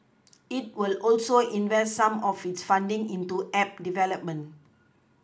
it will also invest some of its funding into app development